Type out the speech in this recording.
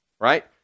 right